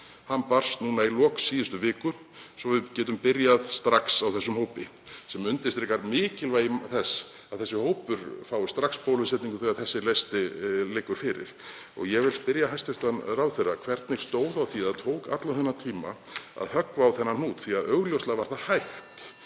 „Hann barst núna í lok síðustu viku, svo við getum byrjað strax á þessum hópi …““ Þetta undirstrikar mikilvægi þess að þessi hópur fái strax bólusetningu þegar listinn liggur fyrir. Ég vil spyrja hæstv. ráðherra hvernig stóð á því að það tók allan þennan tíma að höggva á þennan hnút, því að augljóslega var það hægt.